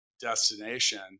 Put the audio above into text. destination